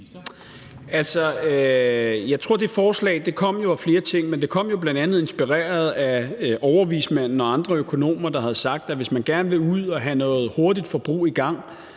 Jeg tror, at det forslag kom af flere ting. Men det var jo bl.a. inspireret af overvismanden og andre økonomer, der havde sagt, at hvis man gerne vil ud og have noget hurtigt forbrug i gang,